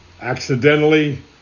accidentally